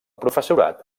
professorat